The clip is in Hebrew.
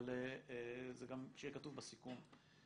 אבל גם שיהיה כתוב בסיכום,